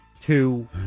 two